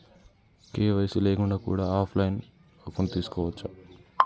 KYC లేకుండా కూడా offline account తీసుకోవచ్చా?